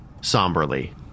somberly